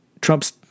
Trump's